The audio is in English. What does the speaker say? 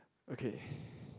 okay